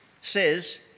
says